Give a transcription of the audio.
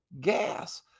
gas